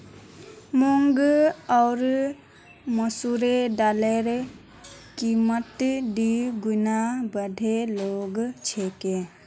मूंग आर मसूरेर दालेर कीमत दी गुना बढ़े गेल छेक